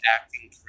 acting